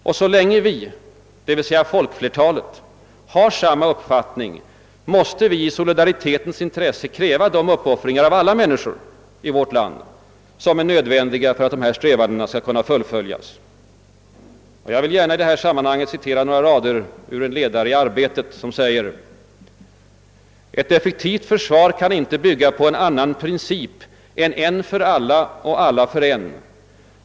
Och så länge vi, d. v. s. folkflertalet, har samma uppfattning måste vi i solidaritetens intresse kräva de uppoffringar av alla människor i vårt land som är nödvändiga för att dessa strävanden skall kunna fullföljas. I det sammanhanget vill jag citera några rader ur en ledare i tidningen Arbetet, där man om ett effektivt försvar skriver: »Det kan inte bygga på en annan princip än en för alla och alla för en.